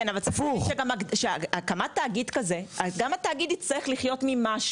נכון, אבל גם התאגיד יצטרך לחיות ממשהו.